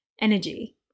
energy